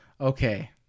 Okay